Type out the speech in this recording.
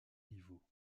niveau